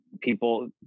people